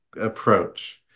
approach